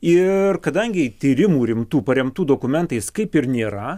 ir kadangi tyrimų rimtų paremtų dokumentais kaip ir nėra